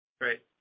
Great